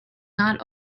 not